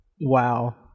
Wow